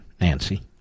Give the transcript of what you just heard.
Nancy